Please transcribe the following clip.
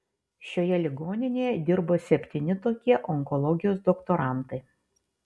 šioje ligoninėje dirbo septyni tokie onkologijos doktorantai